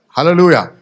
Hallelujah